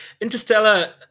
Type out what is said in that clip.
Interstellar